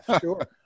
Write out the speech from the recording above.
sure